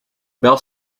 bell